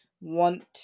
want